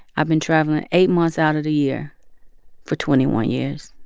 i've been traveling eight months out of the year for twenty one years.